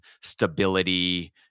stability